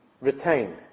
retained